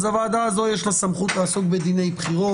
לוועדה הזו יש סמכות לעסוק בדיני בחירות.